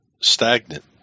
stagnant